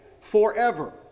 forever